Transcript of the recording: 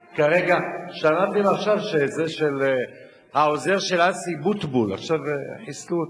שמעתם עכשיו שהעוזר של אסי אבוטבול, חיסלו אותו,